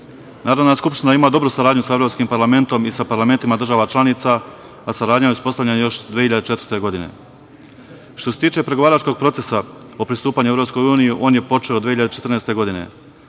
Saveta. Narodna skupština ima dobru saradnju sa Evropskim parlamentom, i sa parlamentima država članica, a saradnja je uspostavljena još od 2004. godine. Što se tiče pregovaračkog procesa o pristupanju EU, on je počeo 2014. godine,